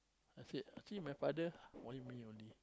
I said I see my father only me only